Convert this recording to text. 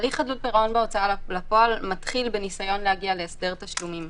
הליך חדלות פירעון בהוצאה לפועל מתחיל בניסיון להגיע להסדר תשלומים.